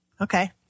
Okay